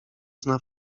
zna